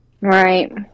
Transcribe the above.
Right